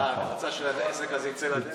גם הוא צלצל, דאג, רצה שהעסק הזה יצא לדרך.